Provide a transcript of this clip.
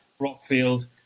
Rockfield